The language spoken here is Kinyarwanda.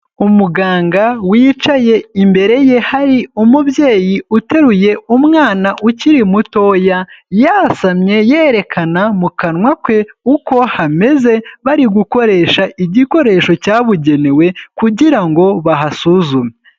Umuganga wicaye imbere ye hari umubyeyi uteruye umwana ukiri mutoya, yasamye yerekana mu kanwa ke uko hameze, bari gukoresha igikoresho cyabugenewe kugira ngo bahasuzume.